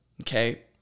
Okay